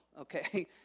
Okay